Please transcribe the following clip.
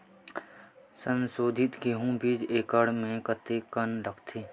संसोधित गेहूं बीज एक एकड़ म कतेकन लगथे?